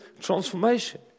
transformation